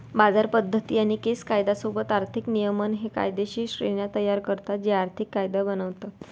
बाजार पद्धती आणि केस कायदा सोबत आर्थिक नियमन हे कायदेशीर श्रेण्या तयार करतात जे आर्थिक कायदा बनवतात